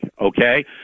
Okay